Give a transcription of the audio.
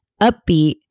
upbeat